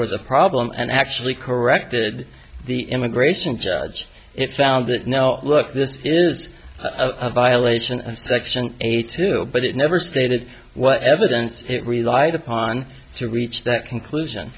was a problem and actually corrected the immigration judge if found it now look this is a violation of section eight hill but it never stated what evidence it relied upon to reach that conclusion